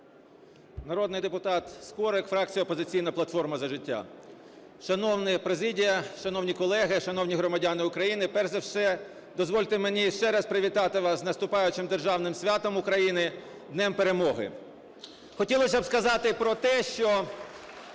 Народний депутат Скорик, фракція "Опозиційна платформа" – "За життя". Шановні президія, шановні колеги, шановні громадяни України, перш за все дозвольте мені ще раз привітати вас з наступаючим державним святом України – Днем перемоги. Хотілося б сказати про те, що